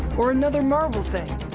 or another marvel thing.